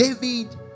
David